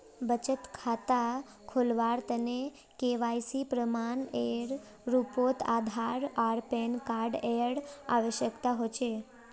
बचत खता खोलावार तने के.वाइ.सी प्रमाण एर रूपोत आधार आर पैन कार्ड एर आवश्यकता होचे